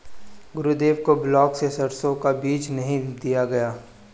गुरुदेव को ब्लॉक से सरसों का बीज नहीं दिया गया